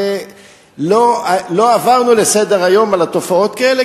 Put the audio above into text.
ולא עברנו לסדר-היום על תופעות כאלה,